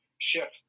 ship